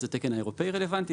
אז התקן האירופי רלוונטי,